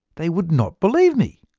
they would not believe me.